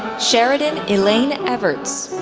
sheridan elaine evarts,